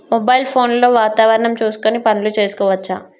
Mobile phone లో వాతావరణం చూసుకొని పనులు చేసుకోవచ్చా?